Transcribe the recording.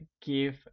give